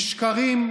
משקרים,